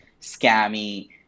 scammy